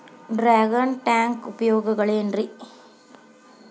Dragon tank ಉಪಯೋಗಗಳೆನ್ರಿ?